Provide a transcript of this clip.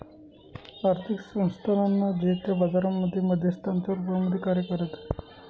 आर्थिक संस्थानांना जे त्या बाजारांमध्ये मध्यस्थांच्या रूपामध्ये कार्य करत आहे